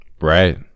Right